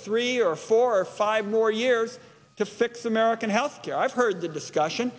three or four or five more years to fix american health care i've heard the discussion